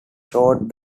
short